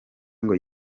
ngo